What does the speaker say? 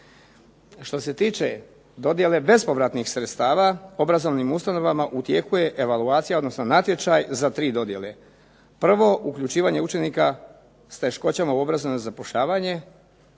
Što se tiče dodjele bespovratnih sredstava obrazovnim ustanovama u tijeku je evaluacija odnosno natječaj za tri dodjele. Prvo, uključivanje učenika s teškoćama u obrazovanje za zapošljavanje.